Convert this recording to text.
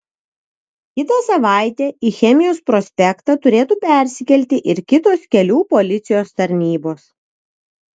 kitą savaitę į chemijos prospektą turėtų persikelti ir kitos kelių policijos tarnybos